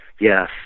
Yes